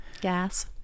Gas